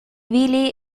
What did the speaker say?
billy